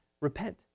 repent